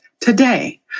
today